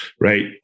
right